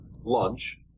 lunch